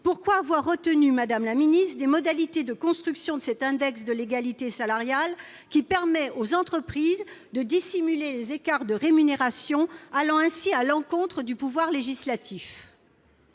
Pourquoi le Gouvernement a-t-il retenu des modalités de construction de l'index de l'égalité salariale qui permettent aux entreprises de dissimuler les écarts de rémunérations, allant ainsi à l'encontre du pouvoir législatif ?